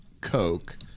coke